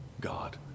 God